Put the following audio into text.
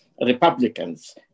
Republicans